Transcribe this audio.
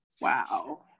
Wow